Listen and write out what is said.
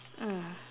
mm